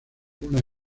una